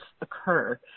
occur